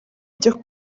byo